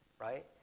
Right